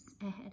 ahead